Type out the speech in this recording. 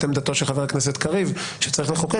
עמדתו של חבר הכנסת קריב שצריך לחוקק,